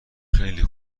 خیلی